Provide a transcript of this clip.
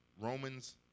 Romans